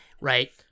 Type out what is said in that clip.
right